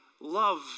love